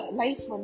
life